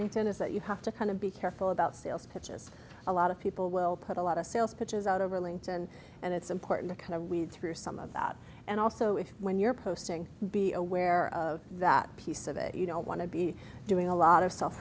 is that you have to kind of be careful about sales pitches a lot of people will put a lot of sales pitches out over linked in and it's important to kind of weed through some of that and also if when you're posting be aware of that piece of it you don't want to be doing a lot of self